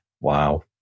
wow